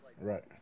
right